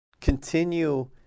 continue